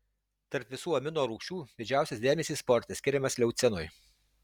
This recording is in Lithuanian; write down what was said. tarp visų amino rūgščių didžiausias dėmesys sporte skiriamas leucinui